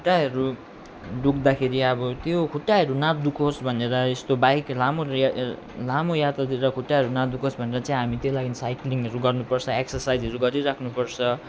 खुट्टाहरू दुख्दाखेरि अब त्यो खुट्टाहरू नदुखोस् भनेर यस्तो बाइक लामो लामो लामो यात्रातिर खुट्टाहरू नदुखोस् भनेर चाहिँ हामी त्यो लागि साइकलिङहरू गर्नुपर्छ एक्सर्साइजहरू गरि राख्नुपर्छ